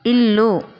ఇల్లు